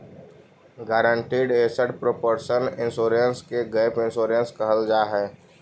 guaranteed asset protection insurance के gap insurance कहल जाऽ हई